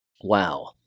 Wow